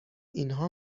اینها